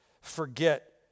forget